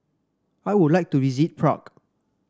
I would like to visit Prague